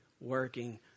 working